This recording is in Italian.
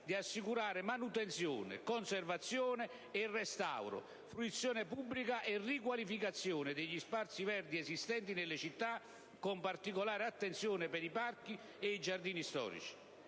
di assicurare manutenzione, conservazione e restauro, fruizione pubblica e riqualificazione degli spazi verdi esistenti nelle città, con particolare attenzione per i parchi e i giardini storici.